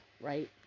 right